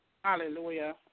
Hallelujah